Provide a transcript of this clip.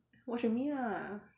watch with me lah